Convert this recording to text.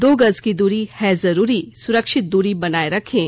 दो गज की दूरी है जरूरी सुरक्षित दूरी बनाए रखें